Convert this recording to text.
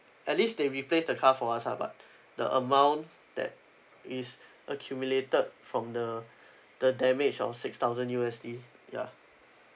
at least they replace the car for us ah but the amount that is accumulated from the the damage of six thousand U_S_D ya